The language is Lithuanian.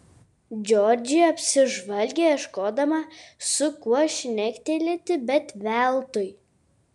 džordžija apsižvalgė ieškodama su kuo šnektelėti bet veltui